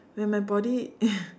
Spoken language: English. when my body